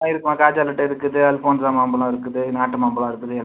ஆ இருக்குதும்மா காஜா லட்டு இருக்குது அல்ஃபோன்ஸா மாம்பழம் இருக்குது நாட்டு மாம்பழம் இருக்குது